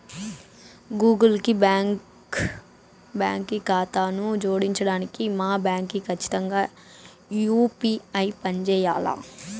Google కి బాంకీ కాతాను జోడించడానికి మా బాంకీ కచ్చితంగా యూ.పీ.ఐ పంజేయాల్ల